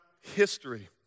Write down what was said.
history